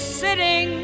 sitting